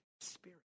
spirit